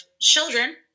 children